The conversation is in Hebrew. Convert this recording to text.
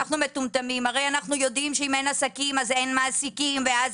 ברגע שאנחנו מפחיתים את החסמים בפני המעסיקים לעשות